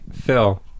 Phil